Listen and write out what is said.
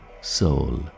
Soul